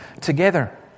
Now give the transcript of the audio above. together